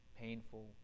painful